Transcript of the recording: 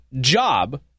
job